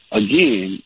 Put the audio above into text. again